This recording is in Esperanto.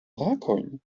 brakojn